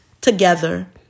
together